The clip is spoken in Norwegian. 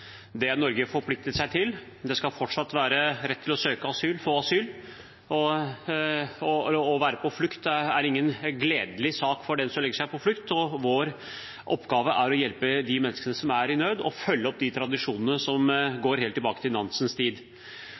Det har Norge forpliktet seg til. Det skal fortsatt være rett til å søke asyl og få asyl. Å være på flukt er ingen gledelig sak for den som legger ut på flukt. Vår oppgave er å hjelpe de menneskene som er i nød, og følge opp tradisjonene som går helt tilbake til Nansens tid.